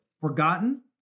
forgotten